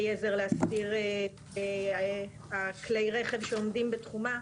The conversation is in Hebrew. עזר להסדיר את כלי הרכב שעומדים בתחומה.